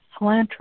cilantro